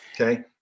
Okay